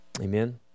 Amen